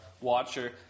watcher